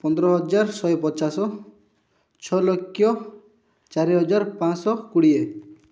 ପନ୍ଦର ହଜାର ଶହେ ପଚାଶ ଛଅଲକ୍ଷ ଚାରି ହଜାର ପାଁଶହ କୋଡ଼ିଏ